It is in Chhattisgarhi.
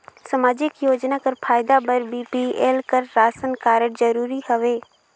समाजिक योजना कर फायदा बर बी.पी.एल कर राशन कारड जरूरी हवे?